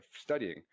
studying